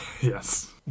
yes